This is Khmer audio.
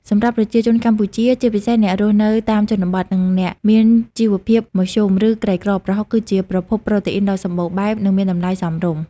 សម្រាប់ប្រជាជនកម្ពុជា ជាពិសេសអ្នករស់នៅតាមជនបទ និងអ្នកមានជីវភាពមធ្យម ឬក្រីក្រ ប្រហុកគឺជាប្រភពប្រូតេអ៊ីនដ៏សម្បូរបែប និងមានតម្លៃសមរម្យ។